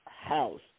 house